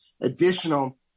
additional